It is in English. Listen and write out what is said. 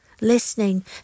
listening